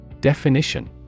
Definition